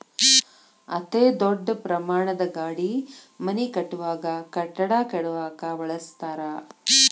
ಅತೇ ದೊಡ್ಡ ಪ್ರಮಾಣದ ಗಾಡಿ ಮನಿ ಕಟ್ಟುವಾಗ, ಕಟ್ಟಡಾ ಕೆಡವಾಕ ಬಳಸತಾರ